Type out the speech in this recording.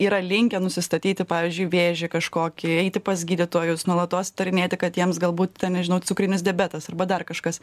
yra linkę nusistatyti pavyzdžiui vėžį kažkokį eiti pas gydytojus nuolatos įtarinėti kad jiems galbūt ten nežinau cukrinis diabetas arba dar kažkas